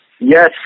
Yes